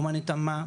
לא מעניין אותה מה,